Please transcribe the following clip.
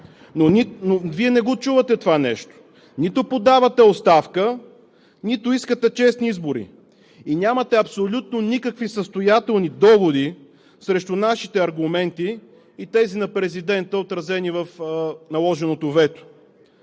Но Вие не чувате това нещо. Нито подавате оставка, нито искате честни избори и нямате абсолютно никакви състоятелни доводи срещу нашите аргументи и тези на президента, отразени в наложеното вето.